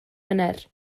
wener